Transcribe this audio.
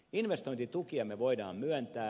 investointitukia me voimme myöntää